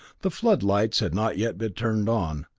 the floodlights had not yet been turned on,